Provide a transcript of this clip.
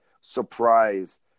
surprise